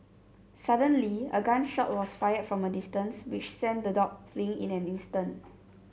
suddenly a gun shot was fired from a distance which sent the dogs fleeing in an instant